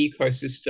ecosystem